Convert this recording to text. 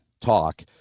talk